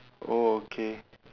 oh okay